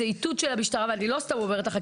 זה איתות של המשטרה ואני לא סתם אומרת לך,